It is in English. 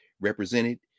represented